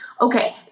Okay